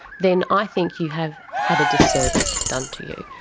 then i think you have had a disservice done to you.